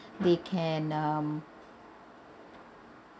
they can um